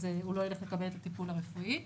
אז הוא לא יילך לקבל את הטיפול הרפואי.